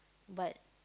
but